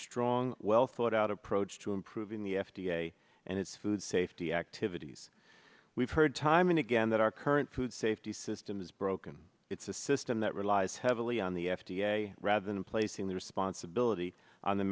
strong well thought out approach to improving the f d a and its food safety activities we've heard time and again that our current food safety system is broken it's a system that relies heavily on the f d a rather than placing the responsibility on the